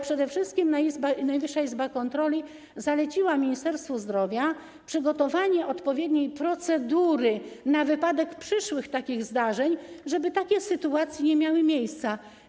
Przede wszystkim Najwyższa Izba Kontroli zaleciła Ministerstwu Zdrowia przygotowanie odpowiedniej procedury na wypadek przyszłych zdarzeń, żeby takie sytuacje nie miały miejsca.